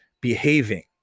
behaving